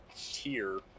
tier